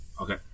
Okay